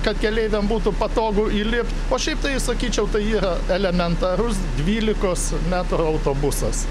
kad keleiviams būtų patogu įlipt o šiaip tai sakyčiau tai yra elementarus dvylikos metrų autobusas